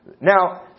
Now